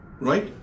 Right